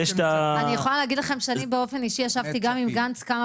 אני יכולה להגיד לכם שאני באופן אישי ישבתי גם עם גנץ כמה